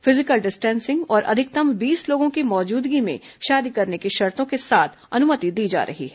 physical distancing और अधिकतम बीस लोगों की मौजूदगी में शादी करने की शर्तों के साथ अनुमति दी जा रही है